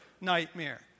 nightmare